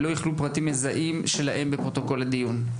ולא ייכללו פרטים מזהים שלהם בפרוטוקול הדיון.